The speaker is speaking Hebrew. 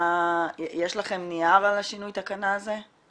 יש לכם נייר על השינוי תקנה הזה?